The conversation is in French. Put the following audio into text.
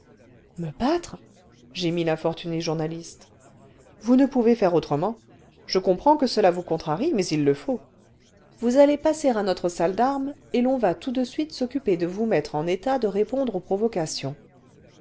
me battre gémit l'infortunée journaliste vous ne pouvez faire autrement je comprends que cela vous contrarie mais il le faut vous allez passer à notre salle d'armes et l'on arrivee du journal telephonique chez l'abonne va tout de suite s'occuper de vous mettre en état de répondre aux provocations